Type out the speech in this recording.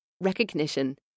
recognition